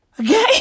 Okay